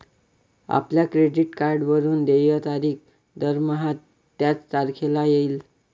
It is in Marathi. आपल्या क्रेडिट कार्डवरून देय तारीख दरमहा त्याच तारखेला येईल